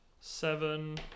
Seven